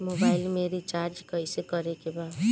Mobile में recharge कइसे करे के बा?